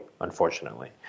unfortunately